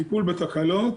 טיפול בתקלות,